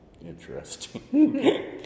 interesting